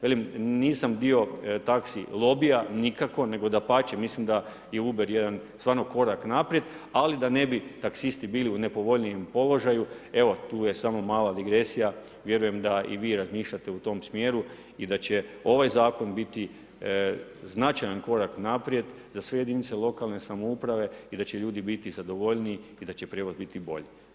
Velim, nisam dio taksi lobija, nikako, nego dapače, mislim da je Uber jedan stvarno korak naprijed, dali da ne bi taksisti bili u nepovoljnijem položaju, evo tu je samo malo degresija, vjerujem da i vi razmišljate u tom smjeru i da će ovaj zakon biti značajan korak naprijed, za sve jedinice lokalne samouprave i da će ljudi biti zadovoljnijoj i da će prijevoz biti bolji.